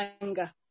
anger